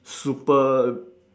super